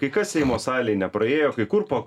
kai kas seimo salėj nepraėjo kai kur po